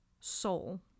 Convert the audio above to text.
soul